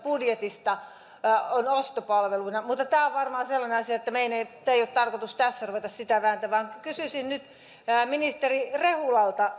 budjetista on ostopalvelua mutta tämä on varmaan sellainen asia että meidän ei ole tarkoitus tässä ruveta siitä vääntämään kysyisin nyt ministeri rehulalta